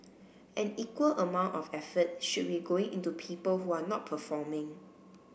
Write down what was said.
an equal amount of effort should be going into people who are not performing